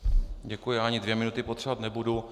Děkuji, ani dvě minuty potřebovat nebudu.